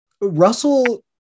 Russell